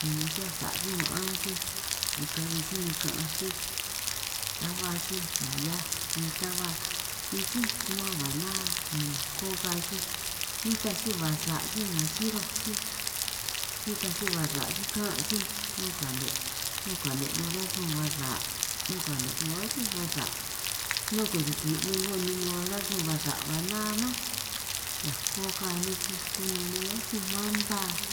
Ni naki'hiaj sa' sij ma'an sij ni kabi sij ni ka'anj sij ta ba sij nga hiaj ni ta ba nej síj kumán ba ná, ni ako ka sij nitaj si ba sa' sij nga xiroj sij nitaj si ba sa' sij sikan' sij, nun kane nun kane' 'ngo rasun ba sa' nun kane' 'ngo atsíj ba sa', ni kurukwi' nej 'ngo rasun ba sa' ba ná mánj, hiako ka nej sij kunun nej atsíj manta